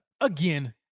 again